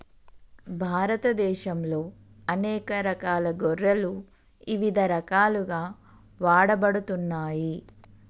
భారతదేశంలో అనేక రకాల గొర్రెలు ఇవిధ రకాలుగా వాడబడుతున్నాయి